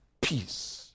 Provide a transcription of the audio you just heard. peace